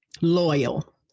Loyal